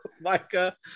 Micah